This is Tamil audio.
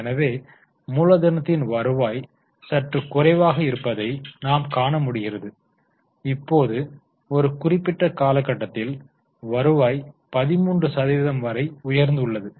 எனவே மூலதனத்தின் வருவாய் சற்று குறைவாக இருப்பதை நாம் காண முடிகிறது இப்போது ஒரு குறிப்பிட்ட காலகட்டத்தில் வருவாய் 13 சதவீதம் வரை உயர்ந்துள்ளது